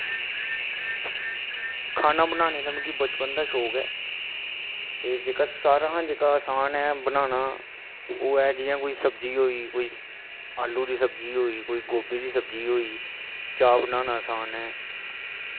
खाना बनाने दा मिगी बचपन दा गै शौक ऐ ते जेह्का सारें कशा आसान ऐ बनाना ओह् ऐ जियां कोई सब्ज़ी होई आलू दी सब्ज़ी होई जियां कोई गोभी दी सब्ज़ी होई चाह् बनाना आसान ऐ